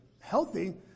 healthy